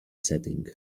setting